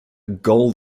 gold